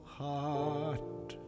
heart